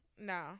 No